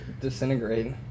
disintegrate